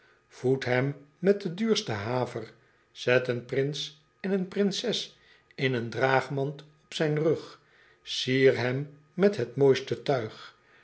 voed hem met de duurste haver zet een prins en een prinses in een draagmand op zijn rug sier hem met het mooiste tuig